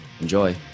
Enjoy